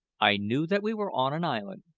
i knew that we were on an island,